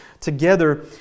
together